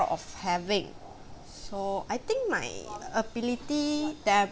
proud of having so I think my ability that I